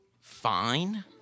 fine